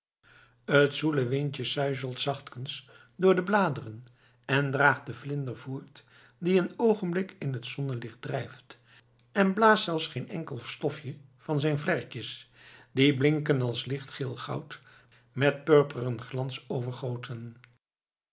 t zoele windje suizelt zachtkens door de bladeren en draagt den vlinder voort die een oogenblik in t zonnelicht drijft en blaast zelfs geen enkel stofje van zijn vlerkjes die blinken als lichtgeel goud met purperen glans